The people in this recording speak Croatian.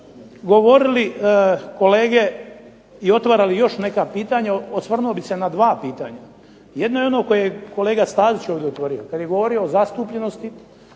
govorili kolege i otvarali još neka pitanja, osvrnuli se na 2 pitanja. Jedno je ono koje je kolega Stazić ovdje otvorio kada je govorio o zastupljenosti,